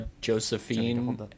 Josephine